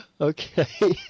Okay